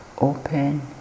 open